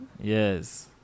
yes